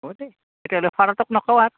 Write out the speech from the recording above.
হ'বদে তেতিয়া হ'লে শৰতক নকওঁ আৰু